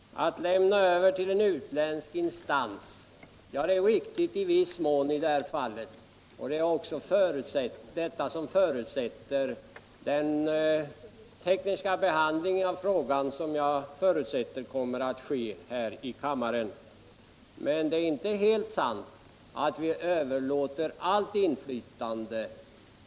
Man lämnar över inflytandet till en utländsk instans, säger Jörn Svensson. Ja, det är riktigt i viss mån i det här fallet. Det är också detta som är anledningen till den tekniska behandling av frågan som jag förutsätter kommer att ske. Men det är inte sant att vi överlåter allt inflytande.